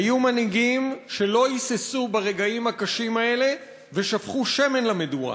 היו מנהיגים שלא היססו ברגעים הקשים האלה ושפכו שמן למדורה.